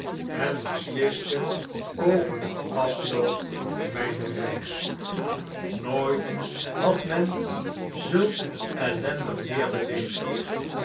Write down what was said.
en besliste over den afloop myner reis nooit eene zeereis had men zulk ellendig weer beleefd